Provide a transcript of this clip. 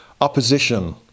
opposition